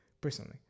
personally